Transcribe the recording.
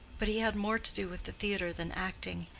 but he had more to do with the theatre than acting.